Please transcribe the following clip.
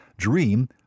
Dream